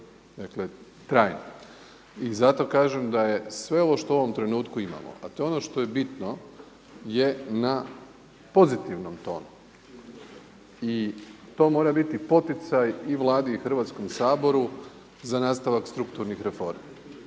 dakle trajni. I zato kažem da je sve ovo što u ovom trenutku imamo, a to je ono što je bitno je na pozitivnom tonu i to mora biti poticaj i Vladi i Hrvatskom saboru za nastavak strukturnih reformi.